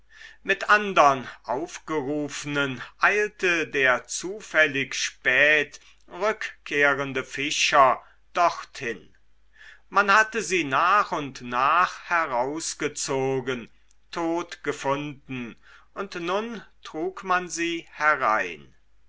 mit andern aufgerufenen eilte der zufällig spät rückkehrende fischer dorthin man hatte sie nach und nach herausgezogen tot gefunden und nun trug man sie herein